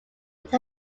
would